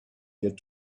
get